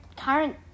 Current